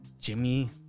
Jimmy